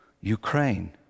Ukraine